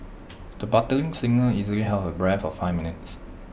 the budding singer easily held her breath for five minutes